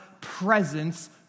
presence